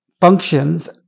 functions